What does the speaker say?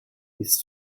his